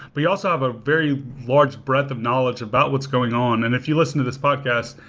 but you also have a very large breadth of knowledge about what's going on. and if you listen to this podcast,